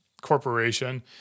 corporation